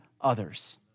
others